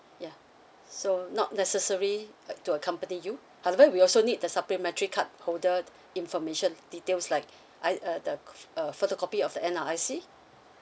ya so not necessary like to accompany you otherwise we also need the supplementary card holder t~ information details like I uh the uh photocopy of the N_R_I_C